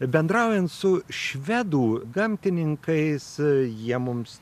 bendraujant su švedų gamtininkais jie mums